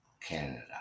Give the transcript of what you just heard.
Canada